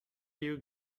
you